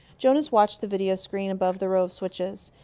jonas watched the video screen above the row of switches.